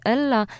Ella